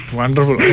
Wonderful